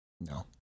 No